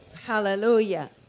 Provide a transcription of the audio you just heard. hallelujah